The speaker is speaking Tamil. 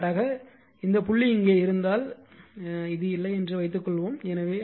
எடுத்துக்காட்டாக இந்த புள்ளி இங்கே இருந்தால் இது இல்லை என்று வைத்துக்கொள்வோம்